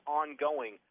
ongoing